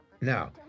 Now